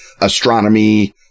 astronomy